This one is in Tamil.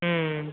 ம்